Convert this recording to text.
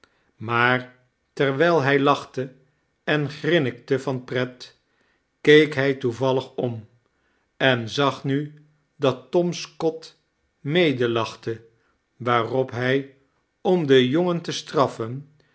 maar terwijl hij lachte en grinnikte van pret keek hij toevallig om en zag nu dat tom scott medelachte waarop hij om den jongen te straffen